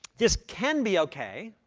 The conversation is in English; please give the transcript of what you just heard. this can be ok.